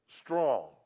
strong